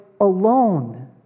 alone